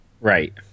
Right